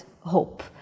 Hope